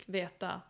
veta